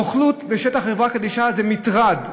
רוכלות בשטח חברה קדישא זה מטרד,